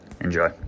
Enjoy